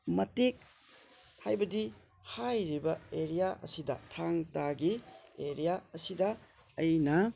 ꯃꯇꯦꯛ ꯍꯥꯏꯕꯗꯤ ꯍꯥꯏꯔꯤꯕ ꯑꯦꯔꯤꯌꯥ ꯑꯁꯤꯗ ꯊꯥꯡ ꯇꯥꯒꯤ ꯑꯦꯔꯤꯌꯥ ꯑꯁꯤꯗ ꯑꯩꯅ